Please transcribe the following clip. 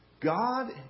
God